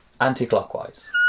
anti-clockwise